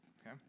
Okay